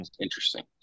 interesting